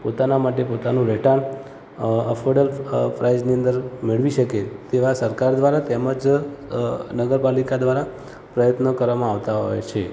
પોતાના માટે પોતાનું રહેઠાણ અફોર્ડેબલ પ્રાઈસની અંદર મેળવી શકે તેવા સરકાર દ્વારા તેમજ નગરપાલિકા દ્વારા પ્રયત્ન કરવામાં આવતા હોય છે